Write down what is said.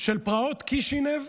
של פרעות קישינב,